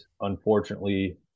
unfortunately